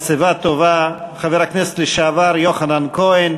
בשיבה טובה חבר הכנסת לשעבר יוחנן כהן,